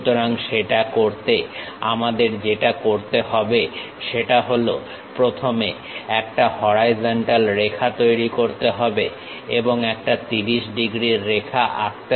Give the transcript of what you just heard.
সুতরাং সেটা করতে আমাদের যেটা করতে হবে সেটা হল প্রথমে একটা হরাইজন্টাল রেখা তৈরি করতে হবে এবং একটা 30 ডিগ্রীর রেখা আঁকতে হবে